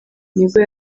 nibwo